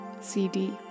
CD